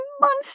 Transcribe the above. monster